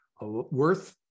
worth